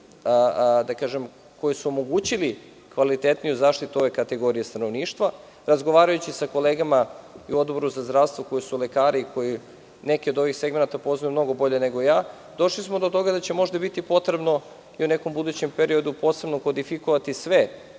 da kažem, koji su omogućili kvalitetniju zaštitu ove kategorije stanovništva. Razgovarajući sa kolegama u Odboru za zdravstvo, koji su lekari, koji neke od ovih segmenata poznaju mnogo bolje nego ja, došli smo do toga da će možda biti potrebno i u nekom budućem periodu, posebno kodifikovati sve